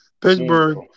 Pittsburgh